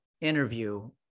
interview